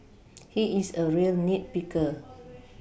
he is a real nit picker